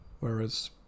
Whereas